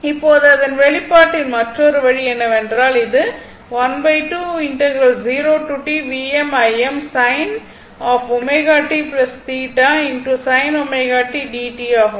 இப்போது அதன் வெளிப்பாட்டின் மற்றொரு வழி என்னவென்றால் இது ஆகும்